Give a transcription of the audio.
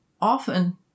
often